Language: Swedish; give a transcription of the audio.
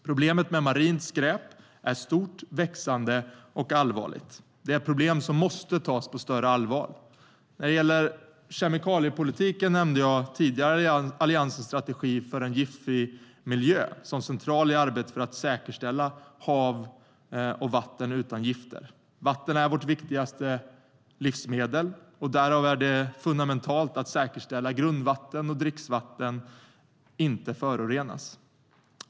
Problemet med marint skräp är stort, växande och allvarligt. Det är ett problem som måste tas på större allvar. När det gäller kemikaliepolitiken nämnde jag tidigare Alliansens strategi för en giftfri miljö som central i arbetet för att säkerställa hav och vatten utan gifter. Vatten är vårt viktigaste livsmedel, och därför är det fundamentalt att säkerställa att grundvatten och dricksvatten inte förorenas.